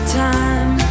time